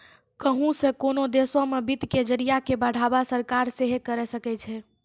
कहुं से कोनो देशो मे वित्त के जरिया के बढ़ावा सरकार सेहे करे सकै छै